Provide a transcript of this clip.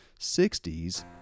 60s